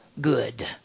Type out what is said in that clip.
good